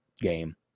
game